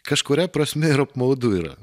kažkuria prasme ir apmaudu yra